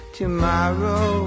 tomorrow